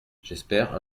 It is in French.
j’espère